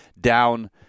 Down